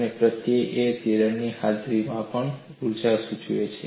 અને પ્રત્યય a તિરાડની હાજરીમાં તાણ ઊર્જા સૂચવે છે